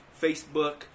Facebook